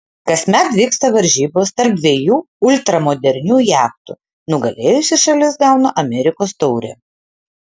kasmet vyksta varžybos tarp dviejų ultramodernių jachtų nugalėjusi šalis gauna amerikos taurę